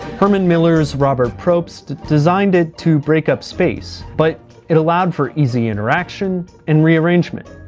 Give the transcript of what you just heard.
herman miller's robert propst designed it to break up space, but it allowed for easy interaction and rearrangement.